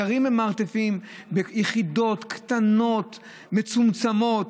גרים במרתפים, ביחידות קטנות, מצומצמות.